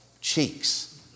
cheeks